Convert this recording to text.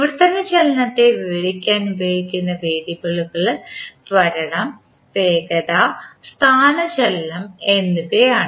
വിവർത്തന ചലനത്തെ വിവരിക്കാൻ ഉപയോഗിക്കുന്ന വേരിയബിളുകൾ ത്വരണം വേഗത സ്ഥാനചലനം എന്നിവയാണ്